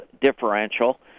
differential